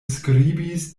skribis